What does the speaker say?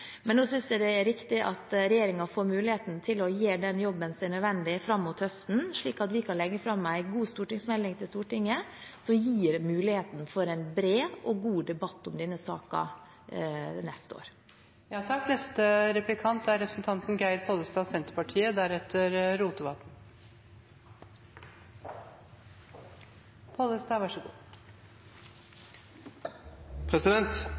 er riktig at regjeringen får muligheten til å gjøre den jobben som er nødvendig fram mot høsten, slik at vi kan legge fram en god stortingsmelding til Stortinget, som gir muligheten for en bred og god debatt om denne saken neste år.